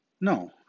No